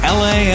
la